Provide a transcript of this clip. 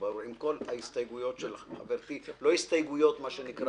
עם כל ההערות של חברתי שהן לא הסתייגויות מהותיות.